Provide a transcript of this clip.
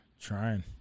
Trying